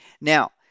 Now